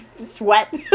sweat